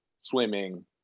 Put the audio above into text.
swimming